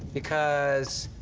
because